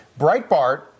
Breitbart